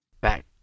Back